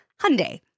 Hyundai